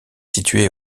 située